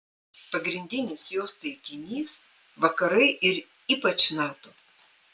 pagrindinis jos taikinys vakarai ir ypač nato